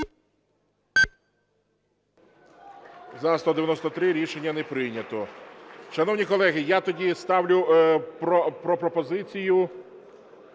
За-193 Рішення не прийнято. Шановні колеги, я тоді ставлю пропозицію